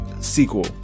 sequel